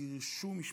דרשו משפט,